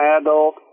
adult